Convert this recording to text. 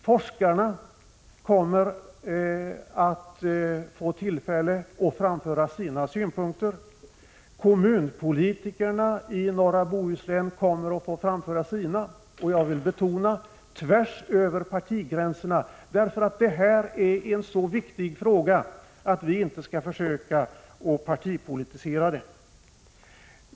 Forskarna kommer att få tillfälle att framföra sina synpunkter. Kommunpolitikerna i norra Bohuslän kommer att få framföra sina åsikter, och det — vilket jag vill betona — tvärs över partigränserna. Detta är en så viktig fråga att vi inte skall försöka att partipolitisera den.